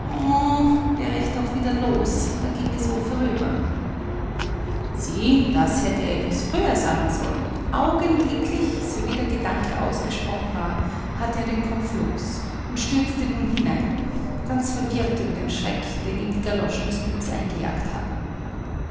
wäre ich doch wieder los dann ginge es wohl vorüber sieh das hätte er etwas früher sagen sollen augenblicklich sowie der gedanke ausgesprochen war hatte er den kopf los und stürzte nun hinein ganz verwirrt über den schreck den ihm die galoschen des glückes eingejagt hatten